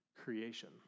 creation